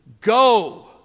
go